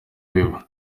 kiba